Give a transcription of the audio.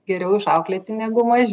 geriau išauklėti negu maži